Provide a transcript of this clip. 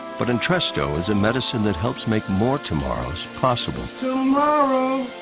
but entresto is a medicine that helps make more tomorrows possible. tomorrow,